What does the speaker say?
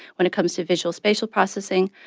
when it comes to visual-spatial processing,